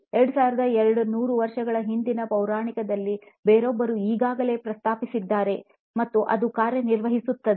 2200 ವರ್ಷಗಳ ಹಿಂದೆನ ಪುರಾಣಗಳಲ್ಲಿ ಬೇರೊಬ್ಬರು ಈಗಾಗಲೇ ಪ್ರಸ್ತಾಪಿಸಿದ್ದಾರೆ ಮತ್ತು ಅದು ಕಾರ್ಯನಿರ್ವಹಿಸುತ್ತದೆ